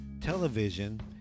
television